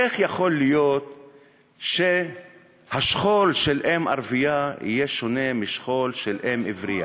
איך יכול להיות שהשכול של אם ערבייה יהיה שונה משכול של אם עברייה?